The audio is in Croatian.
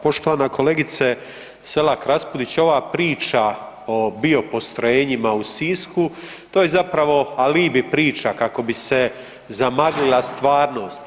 Poštovana kolegice Selak RAspudić, ova priča o biopostrojenjima u Sisku, to je zapravo alibi priča kako bi se zamaglila stvarnost.